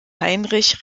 heinrich